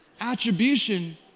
attribution